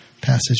passage